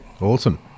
Awesome